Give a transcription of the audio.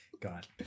God